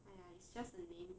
!aiya! it's just a name